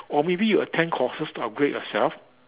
or maybe you attend courses to upgrade yourself